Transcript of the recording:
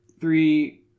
three